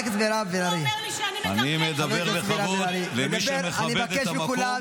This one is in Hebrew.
אני אשתיק אותה.